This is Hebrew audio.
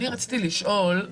רציתי לשאול,